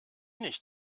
nicht